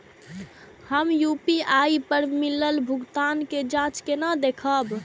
हम यू.पी.आई पर मिलल भुगतान के जाँच केना देखब?